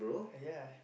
!aiya!